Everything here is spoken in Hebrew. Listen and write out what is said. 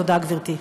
תודה, גברתי.